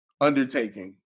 undertaking